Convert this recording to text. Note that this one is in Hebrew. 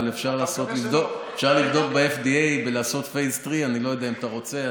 אבל אפשר לבדוק ב-FDA ולעשות phase 3. אני לא יודע אם אתה רוצה.